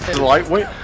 Lightweight